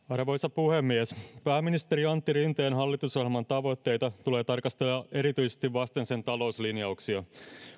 arvoisa puhemies pääministeri antti rinteen hallitusohjelman tavoitteita tulee tarkastella erityisesti vasten sen talouslinjauksia